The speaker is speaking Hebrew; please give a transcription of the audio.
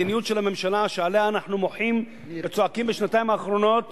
המדיניות של הממשלה שעליה אנחנו מוחים וצועקים בשנתיים האחרונות,